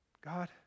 God